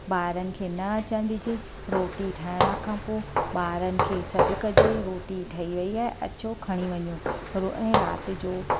ॿारनि खे न अचणु ॾिजे रोटी ठाहिण खां पोइ ॿारनि खे सॾु कजे रोटी ठही वई आहे अचो खणी वञो ऐं राति जो